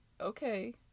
okay